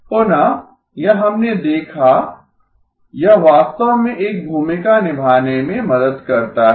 पुनः यह हमने देखा यह वास्तव में एक भूमिका निभाने में मदद करता है